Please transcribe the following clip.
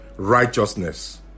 righteousness